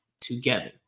together